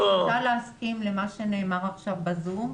אני רוצה להסכים למה שנאמר עכשיו ב-זום.